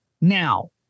Now